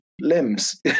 limbs